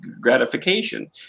gratification